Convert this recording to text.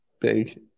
Big